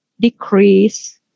decrease